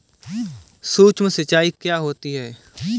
सुक्ष्म सिंचाई क्या होती है?